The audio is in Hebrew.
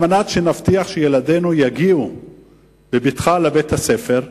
על מנת שנבטיח שילדינו יגיעו בבטחה לבית-הספר,